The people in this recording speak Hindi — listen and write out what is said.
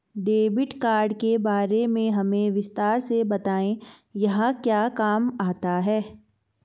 डेबिट कार्ड के बारे में हमें विस्तार से बताएं यह क्या काम आता है?